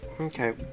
Okay